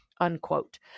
unquote